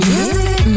Music